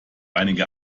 einige